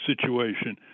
situation